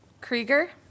Krieger